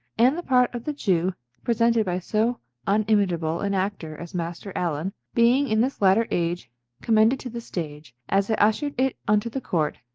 and the part of the jew presented by so unimitable an actor as master alleyn, being in this later age commended to the stage as i ushered it unto the court,